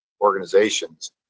organizations